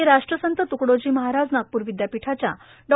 ते राष्ट्रसंत त्कडोजी महाराज नागपूर विद्यापीठाच्या डॉ